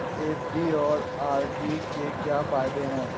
FD और RD के क्या फायदे हैं?